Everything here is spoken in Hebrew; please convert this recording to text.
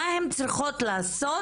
מה הן צריכות לעשות,